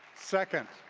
second,